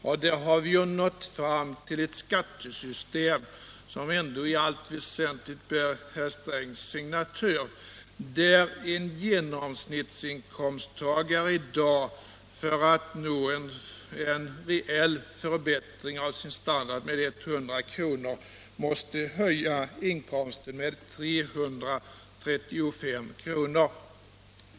Och vi har ändå ett skattesystem, som i allt väsentligt bär herr Strängs signatur och som innebär att en genomsnittsinkomsttagare i dag för att nå en reell förbättring av sin standard med 100 kr. måste höja inkomsten med 335 kr.